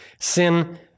Sin